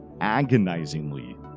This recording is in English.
agonizingly